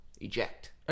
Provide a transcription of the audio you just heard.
eject